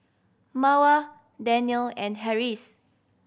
Mawar Daniel and Harris